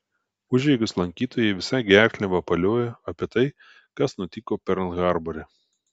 užeigos lankytojai visa gerkle vapaliojo apie tai kas nutiko perl harbore